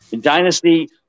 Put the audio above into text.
dynasty